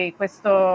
questo